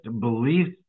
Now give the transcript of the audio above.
beliefs